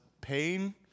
pain